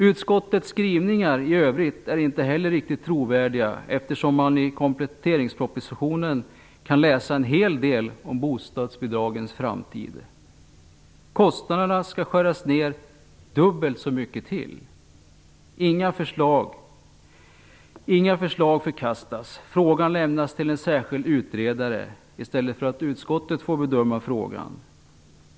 Utskottets skrivningar i övrigt är inte heller riktigt trovärdiga, eftersom man i kompletteringspropositionen kan läsa en hel del om bostadsbidragens framtid. Kostnaderna skall skäras ned dubbelt så mycket till. Inga förslag förkastas. Frågan lämnas till en särskild utredare i stället för att utskottet får bedöma frågan.